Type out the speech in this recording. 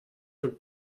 wird